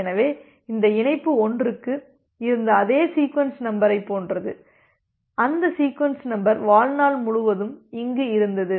எனவே இந்த இணைப்பு 1 க்கு இருந்த அதே சீக்வென்ஸ் நம்பரைப் போன்றது அந்த சீக்வென்ஸ் நம்பர் வாழ்நாள் முழுவதும் இங்கு இருந்தது